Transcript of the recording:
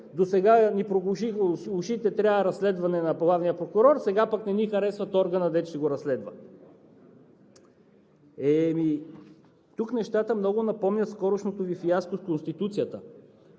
досега ни проглушиха ушите, че трябва разследване на главния прокурор, сега пък не ни харесват органа, дето ще го разследва!? Тук нещата много напомнят скорошното Ви фиаско с Конституцията.